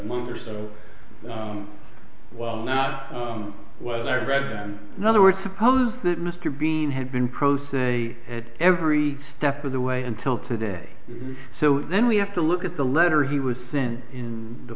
month or so well not what i read them in other words suppose that mr bean had been pro se at every step of the way until today so then we have to look at the letter he was sent in the